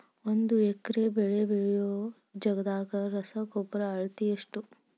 ಒಂದ್ ಎಕರೆ ಬೆಳೆ ಬೆಳಿಯೋ ಜಗದಾಗ ರಸಗೊಬ್ಬರದ ಅಳತಿ ಎಷ್ಟು?